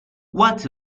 what